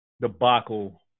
debacle